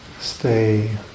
stay